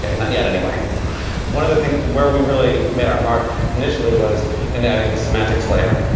yeah not yet anyway one of the things where we really made our mark initially was in adding the semantics layer,